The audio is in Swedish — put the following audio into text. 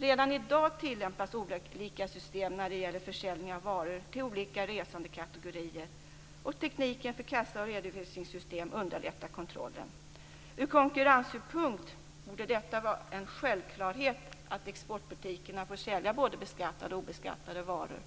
Redan i dag tillämpas olika system när det gäller försäljning av varor till olika resandekategorier, och tekniken för kassa och redovisningssystem underlättar kontrollen. Ur konkurrenssynpunkt borde det vara en självklarhet att exportbutikerna får sälja både beskattade och obeskattade varor.